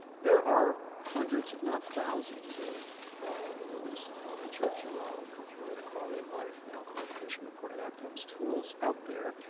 there are hundreds if not thousands of what we used to call hrql, health related quality of life, now called patient-reported outcomes tools out there,